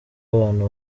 abantu